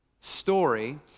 story